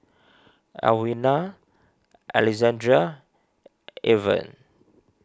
Alwina Alexandria Irven